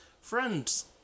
friends